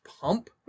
Pump